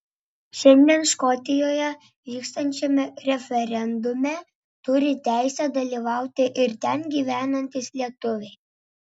šiandien škotijoje vykstančiame referendume turi teisę dalyvauti ir ten gyvenantys lietuviai